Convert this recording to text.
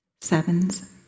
Sevens